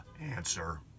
answer